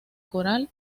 tierra